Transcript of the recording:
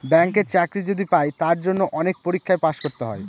ব্যাঙ্কের চাকরি যদি পাই তার জন্য অনেক পরীক্ষায় পাস করতে হয়